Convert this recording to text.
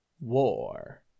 War